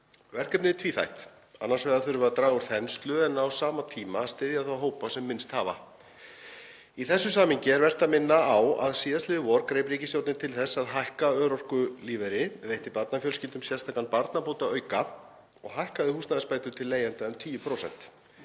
Verkefnið er tvíþætt. Annars vegar þurfum við að draga úr þenslu en á sama tíma styðja þá hópa sem minnst hafa. Í þessu samhengi er vert að minna á að síðastliðið vor greip ríkisstjórnin til þess að hækka örorkulífeyri, veitti barnafjölskyldum sérstakan barnabótaauka og hækkaði húsnæðisbætur til leigjenda um 10%.